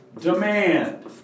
Demand